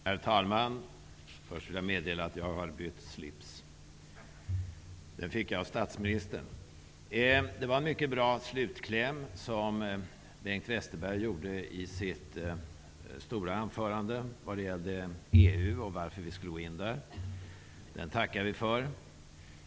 Herr talman! Först vill jag meddela att jag har bytt slips. Den fick jag av statsministern. Det var en mycket bra slutkläm som Bengt EU och varför vi skulle gå in där. Den tackar vi för.